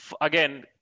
Again